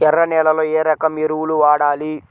ఎర్ర నేలలో ఏ రకం ఎరువులు వాడాలి?